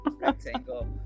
Rectangle